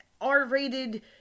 R-rated